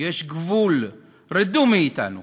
יש גבול, רדו מאתנו?